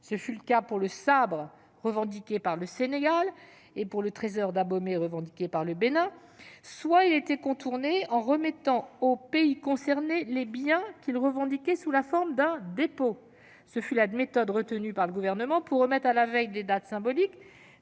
ce fut le cas pour le sabre revendiqué par le Sénégal et pour le trésor d'Abomey revendiqué par le Bénin -, soit il a été contourné, dès lors que l'on a remis aux pays concernés les biens qu'ils revendiquaient sous la forme d'un dépôt. Ce fut la méthode retenue par le Gouvernement pour restituer, à la veille de dates symboliques